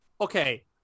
Okay